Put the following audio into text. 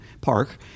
park